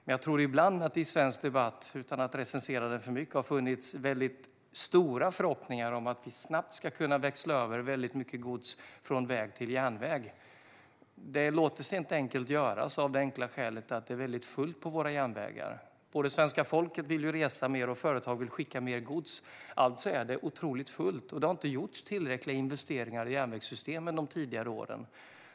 Ibland tror jag att det i den svenska debatten, utan att recensera den för mycket, har funnits mycket stora förhoppningar om att vi snabbt ska kunna växla över mycket gods från väg till järnväg. Det låter sig inte enkelt göras av det enkla skälet att det är väldigt fullt på våra järnvägar. Svenska folket vill resa mer, och företag vill skicka mer gods. Alltså är det otroligt fullt. Det har inte gjorts tillräckliga investeringar i järnvägssystemen under tidigare år.